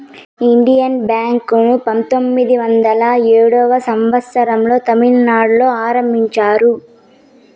Indian Bank ను పంతొమ్మిది వందల ఏడో సంవచ్చరం లో తమిళనాడులో ఆరంభించారు